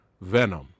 Venom